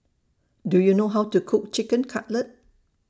Do YOU know How to Cook Chicken Cutlet